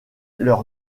leur